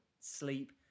sleep